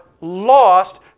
lost